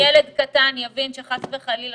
אם ילד קטן יבין שחס וחלילה,